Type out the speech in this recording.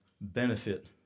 benefit